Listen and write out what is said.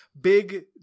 big